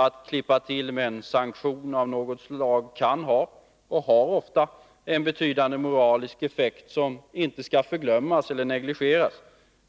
Att klippa till med en sanktion av något slag kan ha, och har ofta, en betydande moralisk effekt som icke skall förglömmas,